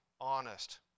honest